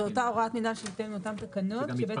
זו אותה הוראת מינהל שניתנת לאותם תקנות כשבעצם